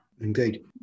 Indeed